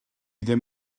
ddim